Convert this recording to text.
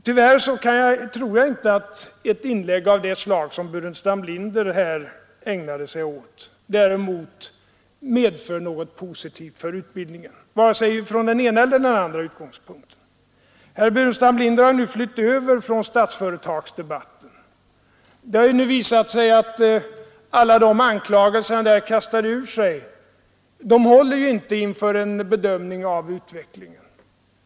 Där tror jag däremot inte att ett inlägg av det slag som det herr Burenstam Linder nyss framförde medför något positivt för utbildningen från vare sig den ena eller den andra utgångspunkten. Herr Burenstam Linder har nu övergivit Statsföretagsdebatten. Det har ju visat sig att alla de anklagelser han där kastade ur sig inte håller inför en bedömning av utvecklingen.